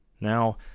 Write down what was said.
Now